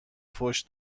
فحش